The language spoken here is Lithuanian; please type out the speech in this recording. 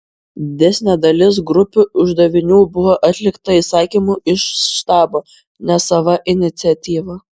didesnė dalis grupių uždavinių buvo atlikta įsakymu iš štabo ne sava iniciatyva